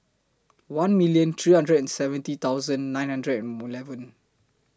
one million three hundred and seventy thousand nine hundred and eleven